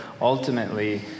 ultimately